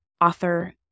author